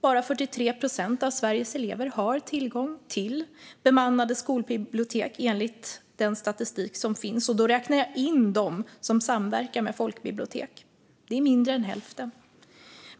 Bara 43 procent av Sveriges elever har tillgång till bemannade skolbibliotek, enligt den statistik som finns. Och då räknar jag in dem som samverkar med folkbibliotek. Det är alltså mindre än hälften.